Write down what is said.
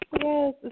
Yes